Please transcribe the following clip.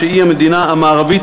שהיא המדינה המערבית